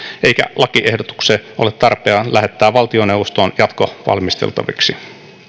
eikä lakiehdotuksia ole tarpeen lähettää valtioneuvostoon jatkovalmisteltaviksi